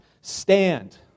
stand